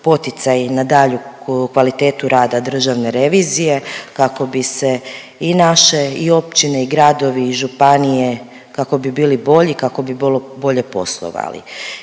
poticaj na dalju kvalitetu rada državne revizije kako bi se i naše i općine i gradovi i županije kako bi bili bolje, kako bi bolje poslovali.